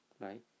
right